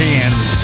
Hands